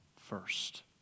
first